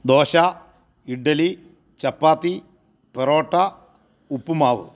dosa idli chapati parotta ഉപ്പുമാവ്